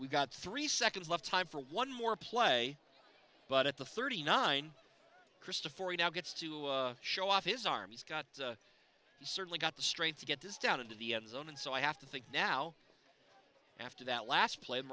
we've got three seconds left time for one more play but at the thirty nine christopher he now gets to show off his arm he's got certainly got the strength to get this down into the end zone and so i have to think now after that last pla